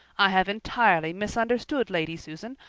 i have entirely misunderstood lady susan,